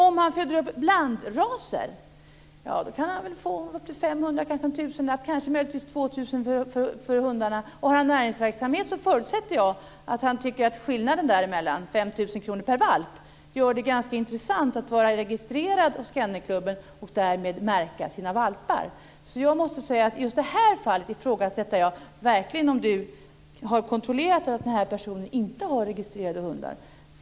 Om han föder upp blandraser kan han få 500 kr, kanske en tusenlapp, möjligtvis 2 000 kr, för en valp. Om han har näringsverksamhet förutsätter jag att han tycker att skillnaden i pris gör det ganska intressant att vara registrerad hos Kennelklubben och därmed märka sina valpar. Just i det här fallet ifrågasätter jag verkligen om Anders Sjölund har kontrollerat att denna person inte har registrerade hundar.